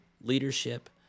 leadership